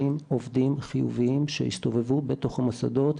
עובדים חיוביים שהסתובבו בתוך המוסדות.